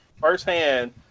firsthand